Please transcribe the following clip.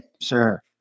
Sure